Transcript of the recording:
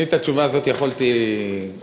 אני את התשובה הזאת יכולתי להעריך.